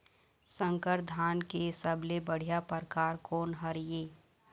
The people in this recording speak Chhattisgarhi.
संकर धान के सबले बढ़िया परकार कोन हर ये?